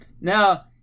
Now